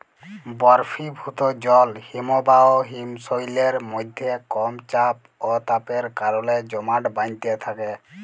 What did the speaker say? বরফিভুত জল হিমবাহ হিমশৈলের মইধ্যে কম চাপ অ তাপের কারলে জমাট বাঁইধ্যে থ্যাকে